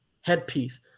headpiece